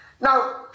Now